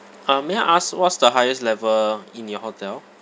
uh may I ask what's the highest level in your hotel